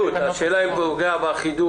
השאלה אם זה פוגע באחידות.